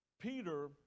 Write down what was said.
Peter